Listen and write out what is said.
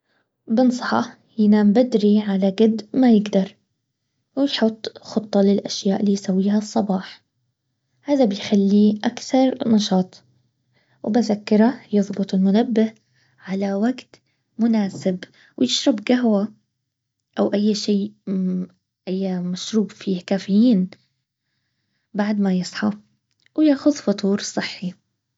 بنصحه ينام بدري على قد ما يقدر وحط خطة للاشياء اللي يسويها في الصباح هذا بيخليه اكثر نشاط و وبذكره زبط المنبه على وقت مناسب ويشرب قهوة او اي شي اي مشروب فيه كافيين بعد ما يحط وياخذ فطور صحي